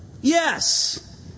yes